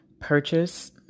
purchase